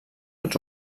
als